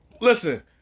Listen